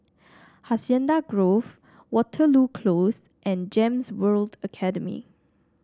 Hacienda Grove Waterloo Close and Gems World Academy